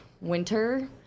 winter